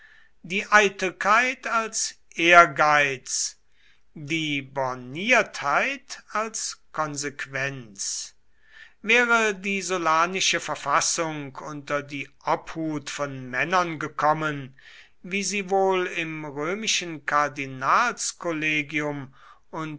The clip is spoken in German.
die eitelkeit als ehrgeiz die borniertheit als konsequenz wäre die sullanische verfassung unter die obhut von männern gekommen wie sie wohl im römischen